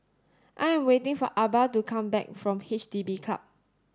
I am waiting for Arba to come back from H D B Hub